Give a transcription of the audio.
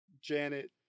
Janet